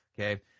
Okay